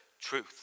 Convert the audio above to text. truth